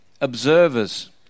observers